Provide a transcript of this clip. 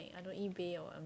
don't eBay or what